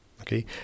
okay